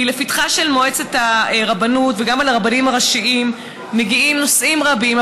כי לפתחה של מועצת הרבנות וגם אל הרבנים הראשיים מגיעים נושאים רבים,